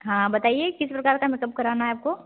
हाँ बताइए किस प्रकार का मेकअप करवाना है आपको